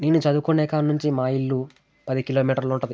నేను చదువుకునే కాడ నుంచి మా ఇల్లు పది కిలోమీటర్లుంటది